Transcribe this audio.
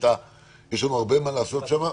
יש לנו הרבה מה לעשות שם.